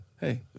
Hey